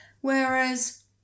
Whereas